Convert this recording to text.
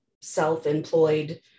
self-employed